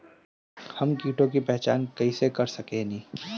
हम कीटों की पहचान कईसे कर सकेनी?